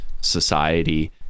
society